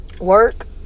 Work